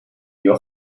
your